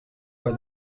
for